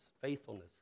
faithfulness